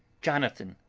jonathan,